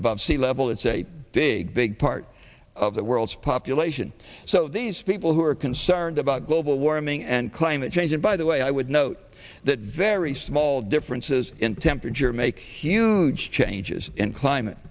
above sea level it's a big big part of the world's population so these people who are concerned about global warming and climate change and by the way i would note that very small differences in temperature make huge changes in climate